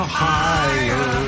higher